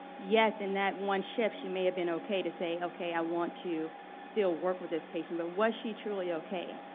yes, in that one shift she may have been ok to say, ok, i want to still work with this patient, but was she truly ok?